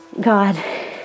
god